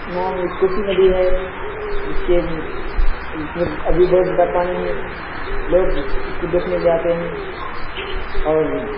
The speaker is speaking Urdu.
یہاں کوسی ندی ہے جس کے اس میں ابھی بہت زیادہ پانی ہے لوگ اس کو دیکھنے کے لیے آتے ہیں اور